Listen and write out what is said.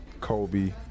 Kobe